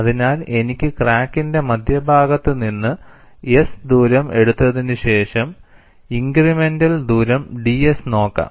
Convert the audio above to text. അതിനാൽ എനിക്ക് ക്രാക്ക്ന്റെ മധ്യഭാഗത്തു നിന്ന് s ദൂരം എടുത്തതിനു ശേഷം ഇൻഗ്രിമെൻറ്ൽ ദൂരം ds നോക്കാം